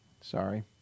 Sorry